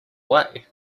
way